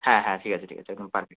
হ্যাঁ হ্যাঁ ঠিক আছে ঠিক আছে একদম পারফেক্ট